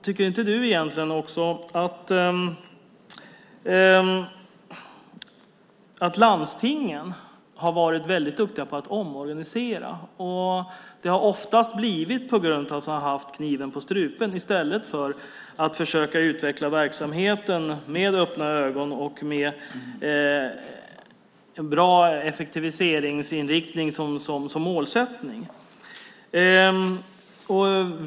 Tycker inte också Jörgen Johansson egentligen att landstingen har varit alltför duktiga när det gäller att omorganisera? Det har oftast skett på grund av att man har haft kniven på strupen och inte för att man har velat utveckla verksamheten med en bra effektivisering som målsättning.